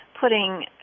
putting